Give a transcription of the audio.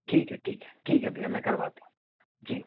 ठीक है ठीक है ठीक है भैया मैं करवाता हूँ जी